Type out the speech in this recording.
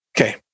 Okay